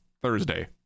Thursday